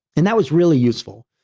and that was really useful.